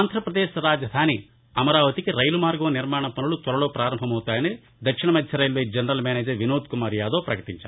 ఆంధ్రపదేశ్ రాజధాని అమరాపతికి రైలు మార్గం నిర్మాణం పనులు త్వరలో పారంభమవుతాయని దక్షిణ మధ్యరైల్వే జనరల్ మేనేజర్ వినోద్కుమార్ యాదవ్ పకటించారు